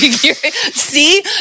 See